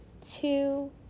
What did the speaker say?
two